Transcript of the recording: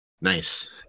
nice